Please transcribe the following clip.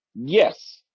Yes